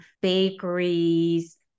bakeries